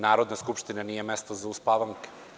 Narodna skupština nije mesto za uspavanke.